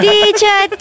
Teacher